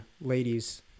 ladies